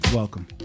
Welcome